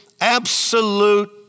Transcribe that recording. absolute